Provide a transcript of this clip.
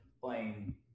playing